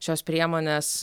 šios priemonės